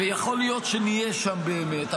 יכול להיות שנהיה שם באמת,